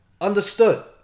Understood